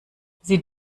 sie